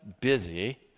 busy